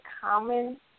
common